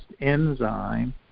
enzyme